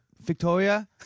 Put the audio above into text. Victoria